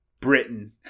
Britain